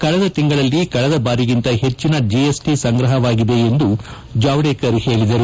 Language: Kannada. ಕಳೆದ ತಿಂಗಳಲ್ಲಿ ಕಳೆದ ಬಾರಿಗಿಂತ ಹೆಚ್ಚಿನ ಜಿಎಸ್ಟಿ ಸಂಗ್ರಹವಾಗಿದೆ ಎಂದು ಜಾವಡೇಕರ್ ಹೇಳಿದರು